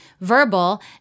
verbal